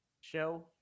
show